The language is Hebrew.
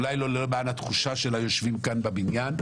אולי לא למען התחושה של היושבים כאן בבניין,